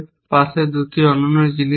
পাশে 2টি অন্যান্য জিনিস কি